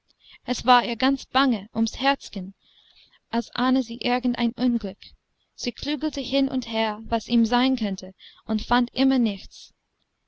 es war ihr ganz bange ums herzchen als ahne sie irgend ein unglück sie klügelte hin und her was ihm sein könnte und fand immer nichts